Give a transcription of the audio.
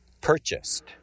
purchased